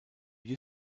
you